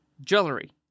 jewelry